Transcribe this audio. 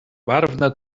barwne